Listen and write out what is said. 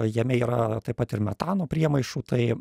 jame yra taip pat ir metano priemaišų tai